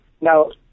Now